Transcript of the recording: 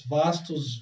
vastos